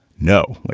no, like